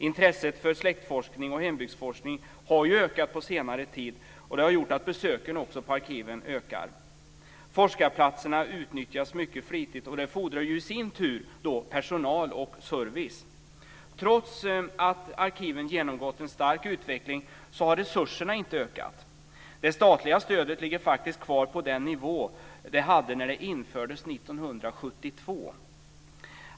Intresset för släktforskning och hembygdsforskning har ökat på senare tid, och det har gjort att besöken på arkiven också ökar. Forskarplatserna utnyttjas mycket flitigt, och det fordrar i sin tur personal och service. Trots att arkiven genomgått en stark utveckling har resurserna inte ökat. Det statliga stödet ligger kvar på den nivå det hade när det infördes 1972.